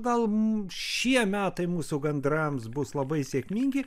gal šie metai mūsų gandrams bus labai sėkmingi